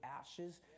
ashes